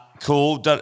Cool